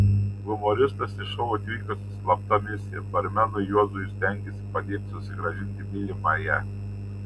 humoristas į šou atvyko su slapta misija barmenui juozui stengėsi padėti susigrąžinti mylimąją